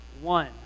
one